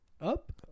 Up